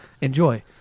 Enjoy